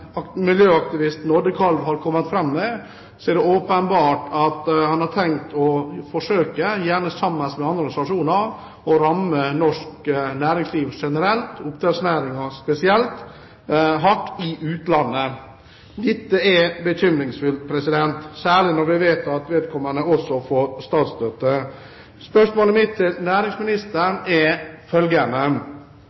utsagnene som miljøaktivisten Oddekalv har kommet med, er det åpenbart at han har tenkt å forsøke, gjerne sammen med andre organisasjoner, å ramme norsk næringsliv generelt, og oppdrettsnæringen spesielt, hardt i utlandet. Dette er bekymringsfullt, særlig når vi vet at vedkommende også får statsstøtte. Spørsmålet mitt til